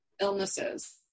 illnesses